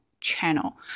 channel